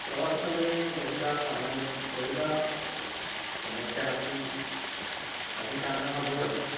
प्रवासमये बहुधा सामान्य बहुधा समस्याः तु अधिका नः अभवन्